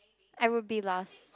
I will be last